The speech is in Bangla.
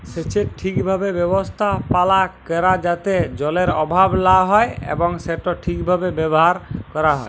সেচের ঠিকভাবে ব্যবস্থাপালা ক্যরা যাতে জলের অভাব লা হ্যয় এবং সেট ঠিকভাবে ব্যাভার ক্যরা হ্যয়